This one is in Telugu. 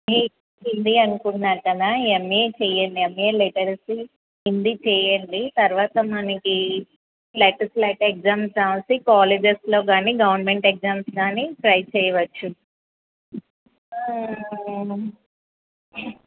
ఈ హిందీ అనుకుంటున్నారు కదా ఎమ్ఏ చెయ్యండి ఎమ్ఏ లిటరసీ హిందీ చెయ్యండి తరువాత మనకి నెట్ స్లెట్ ఎగ్జామ్స్ రాసి కాలేజెస్లో గానీ గవర్నమెంట్ ఎగ్జామ్స్ గానీ ట్రై చేయవచ్చు